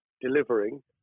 delivering